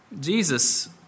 Jesus